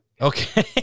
Okay